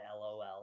LOL